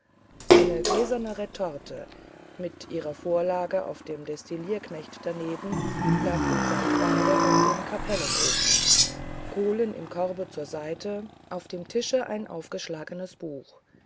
eine gläserne retorte mit ihrer vorlage auf dem destillierknecht daneben lag im sandbade auf dem kapellenofen kohlen im korbe zur seite auf dem tische ein aufgeschlagenes buch